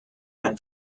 gan